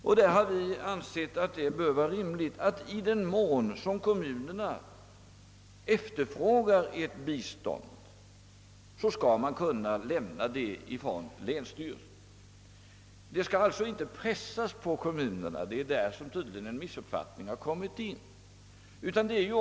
Därför har vi ansett det rimligt att i den mån kommunerna efterfrågar bistånd skall dylikt kunna lämnas från vederbörande länsstyrelse. Hjälpen skall alltså inte pressas på kommunerna. Härvidlag torde en missuppfattning ha uppkommit.